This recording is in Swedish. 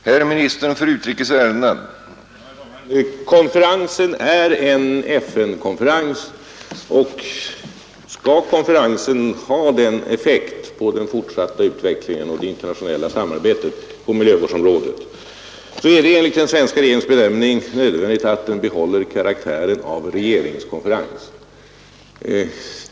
Herr talman! Konferensen är en FN-konferens och skall den ha avsedd effekt på den fortsatta utvecklingen av det internationella samarbetet på miljövårdsområdet är det enligt svenska regeringens bedömning nödvändigt att den behåller karaktären av regeringskonferens.